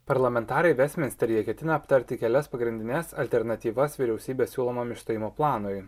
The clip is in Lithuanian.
parlamentarai vestminsteryje ketina aptarti kelias pagrindines alternatyvas vyriausybės siūlomam išstojimo planui